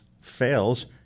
fails